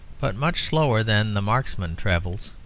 but much slower than the marksman travels.